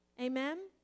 Amen